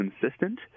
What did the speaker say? consistent